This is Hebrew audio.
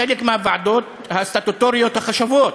בחלק מהוועדות הסטטוטוריות החשובות,